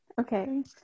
Okay